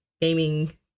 gaming